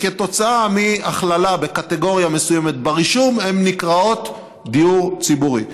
וכתוצאה מהכללה בקטגוריה מסוימת ברישום הן נקראות דיור ציבורי.